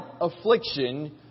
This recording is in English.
affliction